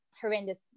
horrendous